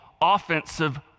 offensive